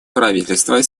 правительство